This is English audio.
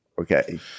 Okay